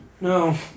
No